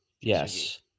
Yes